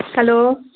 hello